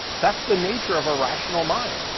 that's the nature of a rational mind.